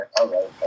okay